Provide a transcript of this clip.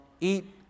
eat